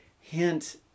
hint